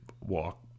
walk